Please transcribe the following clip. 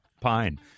pine